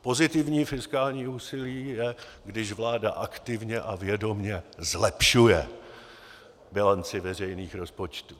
Pozitivní fiskální úsilí je, když vláda aktivně a vědomě zlepšuje bilanci veřejných rozpočtů.